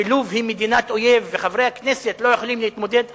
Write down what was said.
שלוב היא מדינת אויב וחברי הכנסת לא יכולים להתמודד,